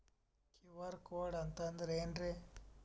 QR code ಅಂತಂದ್ರ ಏನ್ರೀ?